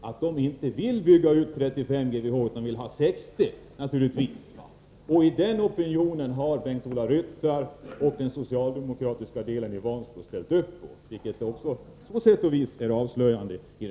Stora Kopparberg vill naturligtvis inte bygga ut till 35 GWh utan till 60. Detta krav har Bengt-Ola Ryttar och socialdemokraterna i Vansbro ställt upp på, vilket på sätt och vis är avslöjande.